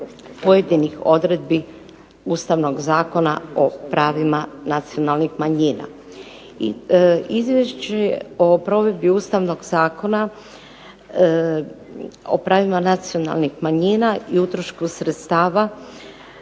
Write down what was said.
pojedinih odredbi Ustavnog zakona o pravima nacionalnih manjina. Izvješće o provedbi Ustavnog zakona o pravima nacionalnih manjina i utrošku sredstava